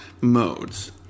modes